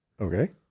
Okay